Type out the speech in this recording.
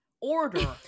order